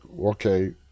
okay